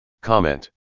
Comment